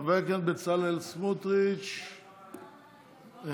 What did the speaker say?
חבר הכנסת בצלאל סמוטריץ' איננו.